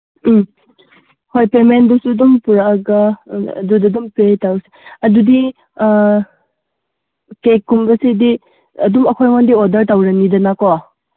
ꯎꯝ ꯍꯣꯏ ꯄꯦꯃꯦꯟꯗꯨꯁꯨ ꯑꯗꯨꯝ ꯄꯨꯔꯛꯑꯒ ꯑꯗꯨꯗ ꯑꯗꯨꯝ ꯄꯦ ꯇꯧ ꯑꯗꯨꯗꯤ ꯀꯦꯛꯀꯨꯝꯕꯁꯤꯗꯤ ꯑꯗꯨꯝ ꯑꯩꯈꯣꯏꯉꯣꯟꯗꯩ ꯑꯣꯔꯗꯔ ꯇꯧꯔꯅꯤꯗꯅꯀꯣ